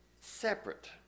separate